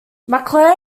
mcclure